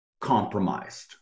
compromised